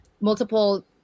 multiple